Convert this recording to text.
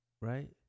Right